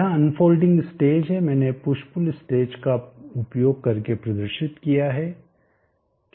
यहाँ unfolding stage है मैंने पुश पुल स्टेज का उपयोग करके प्रदर्शित किया है